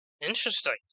Interesting